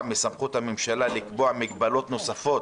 מסמכות הממשלה לקבוע מגבלות נוספות